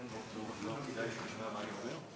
לא כדאי שהוא ישמע מה אני אומר?